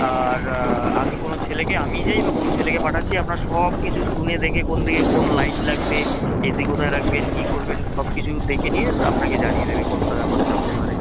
আর আমি কোনো ছেলেকে আমিই যাই বা কোনো ছেলেকে পাঠাচ্ছি আপনার সব কিছু শুনে দেখে কোন দিকে কোন লাইট লাগবে এ সি কোথায় রাখবেন কী করবেন সব কিছু দেখে নিয়ে আপনাকে জানিয়ে দেবে কত টাকা খরচা হতে পারে